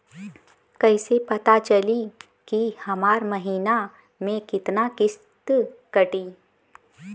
कईसे पता चली की हमार महीना में कितना किस्त कटी?